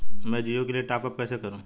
मैं जिओ के लिए टॉप अप कैसे करूँ?